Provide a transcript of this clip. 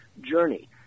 journey